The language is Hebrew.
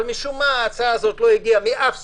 אבל, משום מה ההצעה הזו לא הגיעה מאף סיעה.